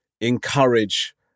encourage